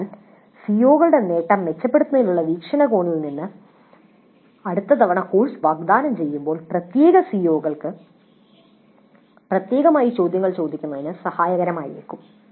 അതിനാൽ സിഒകളുടെ നേട്ടം മെച്ചപ്പെടുത്തുന്നതിനുള്ള വീക്ഷണകോണിൽ നിന്ന് അടുത്ത തവണ കോഴ്സ് വാഗ്ദാനം ചെയ്യുമ്പോൾ പ്രത്യേക സിഒകൾക്ക് പ്രത്യേകമായി ചോദ്യങ്ങൾ ചോദിക്കുന്നത് സഹായകരമാകും